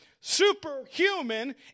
Superhuman